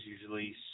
usually